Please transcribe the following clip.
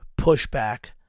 pushback